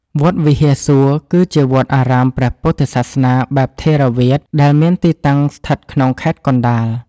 វត្តវិហារសួគ៌ គឺជាវត្តអារាមព្រះពុទ្ធសាសនាបែបថេរវាទដែលមានទីតាំងស្ថិតក្នុងខេត្តកណ្ដាល។